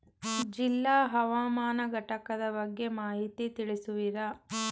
ಜಿಲ್ಲಾ ಹವಾಮಾನ ಘಟಕದ ಬಗ್ಗೆ ಮಾಹಿತಿ ತಿಳಿಸುವಿರಾ?